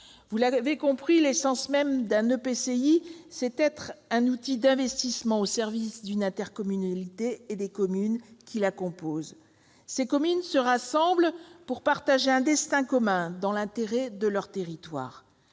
Vous l'avez compris, l'essence même d'un EPCI est d'être un outil d'investissement au service d'une intercommunalité et des communes qui la composent. Ces communes se rassemblent pour partager un destin commun dans l'intérêt de leur territoire.